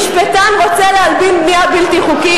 משפטן רוצה להלבין בנייה בלתי חוקית?